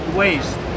waste